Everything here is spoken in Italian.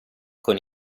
con